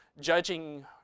judging